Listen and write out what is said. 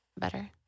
Better